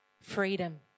freedom